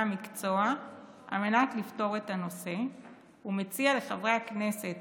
המקצוע על מנת לפתור את הנושא ומציע לחברי הכנסת